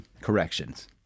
corrections